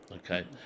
Okay